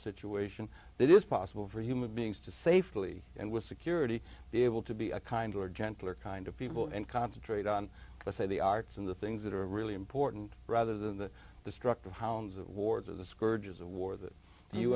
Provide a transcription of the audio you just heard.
situation that is possible for human beings to safely and with security be able to be a kinder gentler kind of people and concentrate on say the arts and the things that are really important rather than the destructive hounds of wars of the scourges of war th